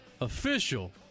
official